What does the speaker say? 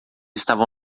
estavam